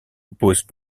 opposent